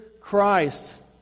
Christ